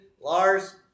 Lars